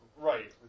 Right